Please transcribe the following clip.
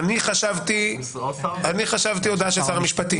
אני חשבתי הודעה של שר המשפטים.